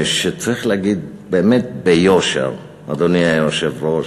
שצריך להגיד באמת ביושר, אדוני היושב-ראש,